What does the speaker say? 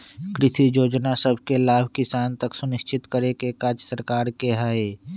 कृषि जोजना सभके लाभ किसान तक सुनिश्चित करेके काज सरकार के हइ